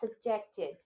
subjected